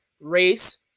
race